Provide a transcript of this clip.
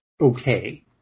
okay